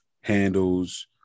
handles